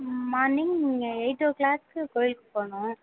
morning இங்கே eight o'clock கோவிலுக்கு போகணும்